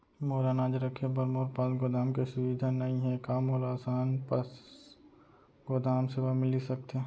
मोर अनाज रखे बर मोर पास गोदाम के सुविधा नई हे का मोला आसान पास गोदाम सेवा मिलिस सकथे?